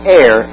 air